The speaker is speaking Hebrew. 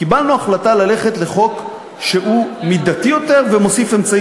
קיבלנו החלטה ללכת לחוק שהוא מידתי יותר ומוסיף אמצעי,